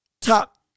top